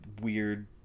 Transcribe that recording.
weird